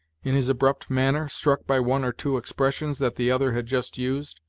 in his abrupt manner, struck by one or two expressions that the other had just used,